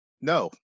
no